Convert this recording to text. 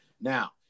Now